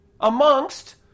amongst